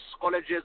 colleges